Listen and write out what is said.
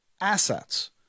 assets